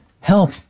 help